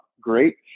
great